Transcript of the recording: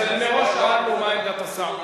מראש שאלנו מה עמדת השר.